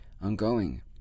Ongoing